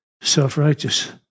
Self-righteous